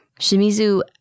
Shimizu